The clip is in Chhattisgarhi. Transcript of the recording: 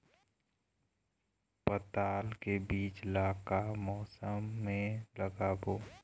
पताल के बीज ला का मौसम मे लगाबो?